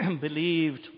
believed